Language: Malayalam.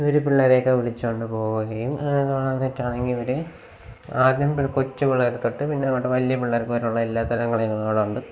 ഇവർ പിള്ളേരെയൊക്കെ വിളിച്ചുകൊണ്ട് പോവുകയും ഇവർ ആദ്യം കൊച്ച് പിള്ളേർ തൊട്ട് പിന്നെ അങ്ങോട്ട് വലിയ പിള്ളേർക്ക് വരെ ഉള്ള എല്ലാത്തരം കളികളും ഉണ്ട്